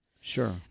Sure